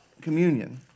communion